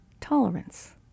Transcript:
tolerance